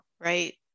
right